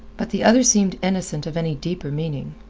but the other seemed innocent of any deeper meaning.